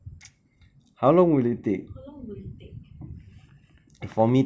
how long will it take the